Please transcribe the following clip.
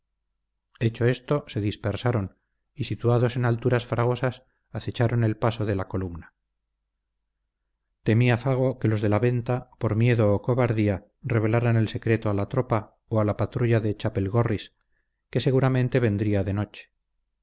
hecho esto se dispersaron y situados en alturas fragosas acecharon el paso de la columna temía fago que los de la venta por miedo o cobardía revelaran el secreto a la tropa o a la patrulla de chapelgorris que seguramente vendría de noche